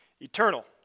Eternal